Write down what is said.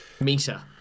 meter